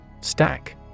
Stack